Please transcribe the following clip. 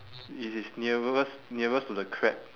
which is nearest nearest to the crab